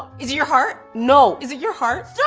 is it your heart? no. is it your heart? yeah